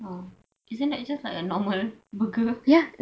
oh isn't it just like a normal burger